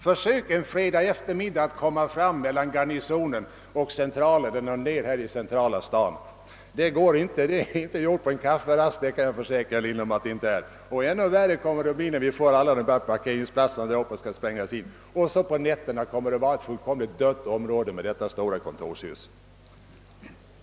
Försök en fredag eftermiddag att åka mellan kvarteret Garnisonen och någon del av centrala staden! Det gör man inte på en kafferast, det kan jag försäkra herr Lindholm. Ännu värre kommer det att bli när de parkeringsplatser är klara som man nu skall lägga på Östermalm. På nätterna däremot kommer området med detta stora kontorshus att vara dött.